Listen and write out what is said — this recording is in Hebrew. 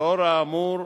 לאור האמור,